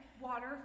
water